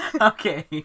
Okay